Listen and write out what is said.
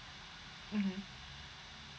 mmhmm